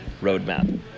roadmap